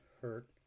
hurt